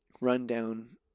run-down